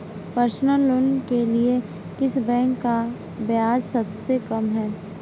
Personal loan के लिए किस बैंक का ब्याज सबसे कम है?